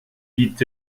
dit